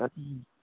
তাকে